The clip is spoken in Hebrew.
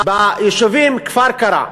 ביישובים כפר-קרע,